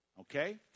okay